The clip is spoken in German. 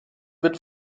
wird